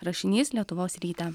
rašinys lietuvos ryte